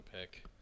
pick